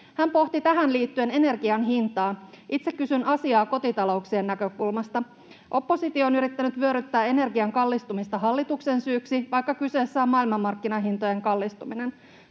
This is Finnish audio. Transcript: Hän pohti tähän liittyen energian hintaa. Itse kysyn asiaa kotitalouksien näkökulmasta. Oppositio on yrittänyt vyöryttää energian kallistumista hallituksen syyksi, vaikka kyseessä on maailmanmarkkinahintojen kallistuminen.